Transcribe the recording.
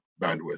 bandwidth